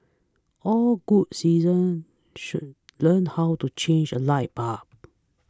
all good citizens should learn how to change a light bulb